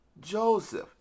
Joseph